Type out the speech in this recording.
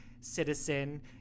citizen